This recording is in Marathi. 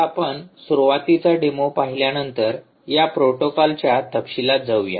आता आपण सुरुवातीचा डेमो पाहिल्यानंतर या प्रोटोकॉलच्या तपशीलात जाऊया